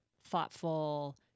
thoughtful